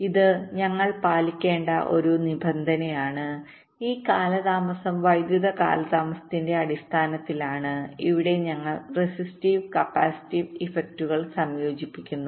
ഇത് ഞങ്ങൾ പാലിക്കേണ്ട ഒരു നിബന്ധനയാണ് ഈ കാലതാമസം വൈദ്യുത കാലതാമസത്തിന്റെ അടിസ്ഥാനത്തിലാണ് ഇവിടെ ഞങ്ങൾ റെസിസ്റ്റീവ് കപ്പാസിറ്റീവ് ഇഫക്റ്റുകൾ സംയോജിപ്പിക്കുന്നു